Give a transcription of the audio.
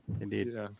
indeed